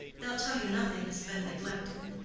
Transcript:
they'll tell you nothing has been neglected.